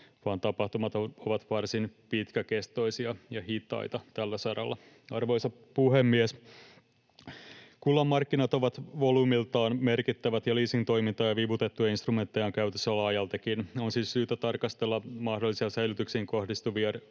vaan tapahtumat ovat varsin pitkäkestoisia ja hitaita tällä saralla. Arvoisa puhemies! Kullan markkinat ovat volyymiltään merkittävät, ja leasingtoimintaa ja vivutettuja instrumentteja on käytössä laajaltikin. On siis syytä tarkastella mahdollisia säilytykseen kohdistuvia